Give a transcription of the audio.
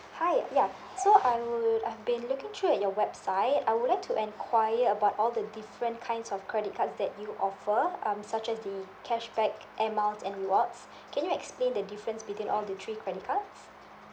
hi ya so I would I've been looking through at your website I would like to enquiry about all the different kinds of credit cards that you offer um such as the cashback air miles and rewards can you explain the difference between all the three credit cards